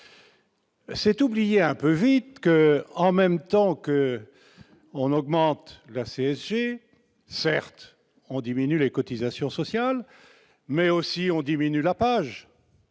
C'est oublier un peu vite que, en même temps qu'on augmente la CSG, certes on diminue les cotisations sociales, mais aussi on diminue la page